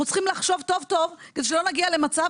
אנחנו צריכים לחשוב טוב טוב כדי שלא נגיע למצב